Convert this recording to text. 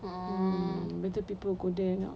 ah later people go there lah